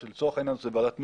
לצורך העניין זו ועדת מכרזים.